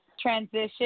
transition